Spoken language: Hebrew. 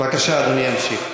בבקשה, אדוני ימשיך.